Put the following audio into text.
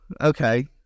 okay